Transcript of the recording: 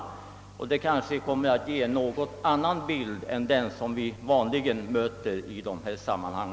Undersökningen kanske kommer att ge en något annan bild än den som vi vanligen möter i dessa sammanhang.